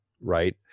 right